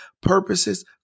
purposes